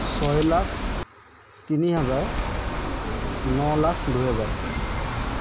ছয় লাখ তিনি হাজাৰ ন লাখ দুহেজাৰ